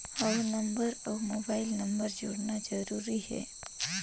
हव नंबर अउ mobile number जोड़ना जरूरी हे?